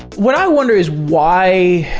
what i wonder is why